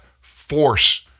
force